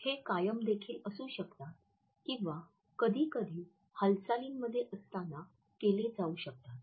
हे कायम देखील असू शकतात किंवा कधीकधी हालचालीमध्ये असताना केले जाऊ शकतात